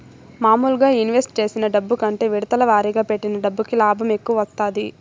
మాములుగా ఇన్వెస్ట్ చేసిన డబ్బు కంటే విడతల వారీగా పెట్టిన డబ్బుకి లాభం ఎక్కువ వత్తాది